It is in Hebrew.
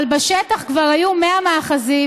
אבל בשטח כבר היו 100 מאחזים,